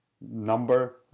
number